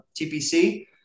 TPC